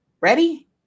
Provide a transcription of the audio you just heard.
Ready